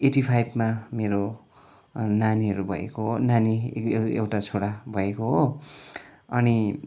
eighty फाइभमा मेरो नानीहरू भएको नानी ए ए एउटा छोरा भएको हो अनि